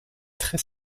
très